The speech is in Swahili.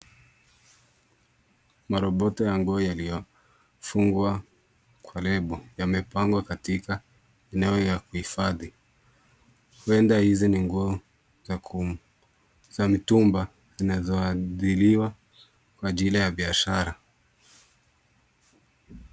Marobota ya nguo yaliyofungwa kwa lebo, yamepangwa katika eneo ya kuhifadhi. Huenda hizi ni nguo za mitumba, zinazoadhiriwa kwa ajili ya biashara.